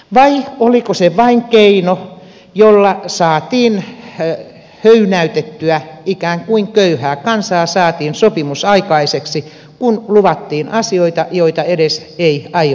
vai oliko se vain keino jolla saatiin ikään kuin höynäytettyä köyhää kansaa saatiin sopimus aikaiseksi kun luvattiin asioita joita ei edes aiottu pitää